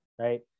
right